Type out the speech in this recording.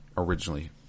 originally